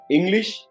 English